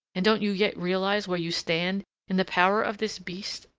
and don't you yet realize where you stand in the power of this beast,